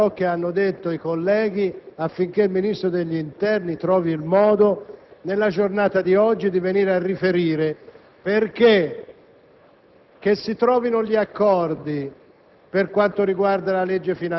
di Roma. Mi associo quindi a ciò che hanno detto i colleghi, affinché il Ministro dell'interno trovi il modo, nella giornata di oggi, di venire a riferire in